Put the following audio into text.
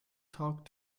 talk